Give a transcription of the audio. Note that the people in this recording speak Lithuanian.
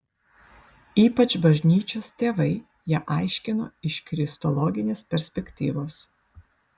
ypač bažnyčios tėvai ją aiškino iš kristologinės perspektyvos